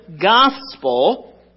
gospel